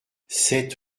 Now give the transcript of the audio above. sept